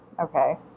Okay